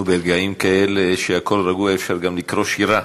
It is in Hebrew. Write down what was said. וברגעים כאלה, כשהכול רגוע, אפשר גם לקרוא שירה.